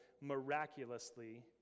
miraculously